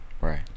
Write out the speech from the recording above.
right